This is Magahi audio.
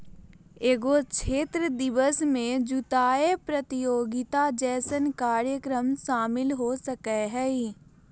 एगो क्षेत्र दिवस में जुताय प्रतियोगिता जैसन कार्यक्रम शामिल हो सकय हइ